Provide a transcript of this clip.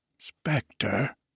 Spectre